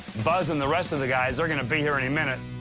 buzz and the rest of the guys, they're gonna be here any minute.